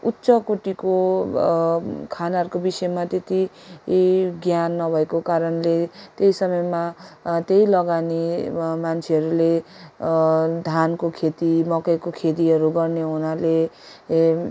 उच्चकोटिको खानाको विषयमा त्यति ज्ञान नभएको कारणले त्यही समयमा त्यही लगानीमा मान्छेहरूले धानको खेती मकैको खेतीहरू गर्ने हुनाले